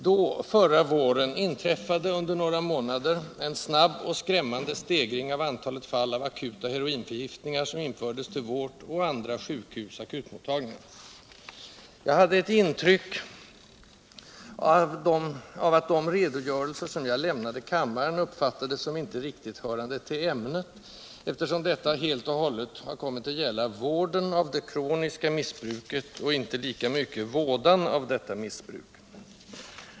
Då, förra våren, inträffade under några månader en snabb och skrämmande stegring av antalet fall med akuta heroinförgiftningar, som infördes till vårt och andra sjukhus akutmottagningar. Jag hade ett intryck av att de redogörelser jag lämnade kammaren uppfattades som inte riktigt hörande till ämnet, eftersom detta helt och hållet har kommit att gälla vården av det kroniska missbruket och inte lika mycket vådan av detta missbruk.